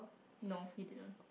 no you did not